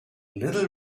little